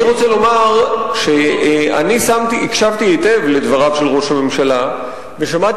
אני רוצה לומר שאני הקשבתי היטב לדבריו של ראש הממשלה ושמעתי